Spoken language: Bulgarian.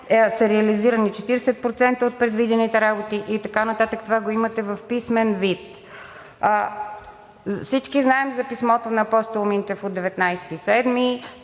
са реализирани 40% от предвидените работи и така нататък. Това го имате в писмен вид. Всички знаем за писмото на Апостол Минчев от 19 юли